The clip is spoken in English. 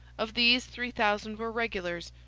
of these three thousand were regulars,